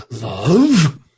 love